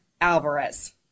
Alvarez